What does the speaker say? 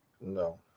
No